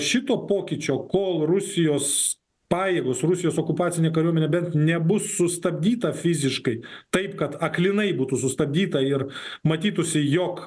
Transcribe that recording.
šito pokyčio kol rusijos pajėgos rusijos okupacinė kariuomenė bent nebus sustabdyta fiziškai taip kad aklinai būtų sustabdyta ir matytųsi jog